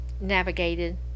navigated